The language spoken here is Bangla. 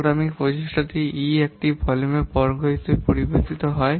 প্রোগ্রামিং প্রচেষ্টা E এটি ভলিউমের বর্গ হিসাবে পরিবর্তিত হয়